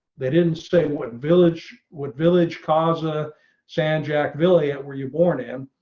they didn't say what village would village causa san jac villa. were you born in,